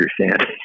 understand